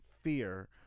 fear